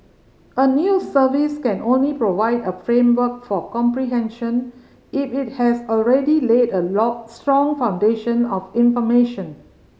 a news service can only provide a framework for comprehension if it has already laid a lot strong foundation of information